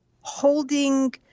holding –